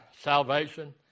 salvation